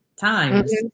times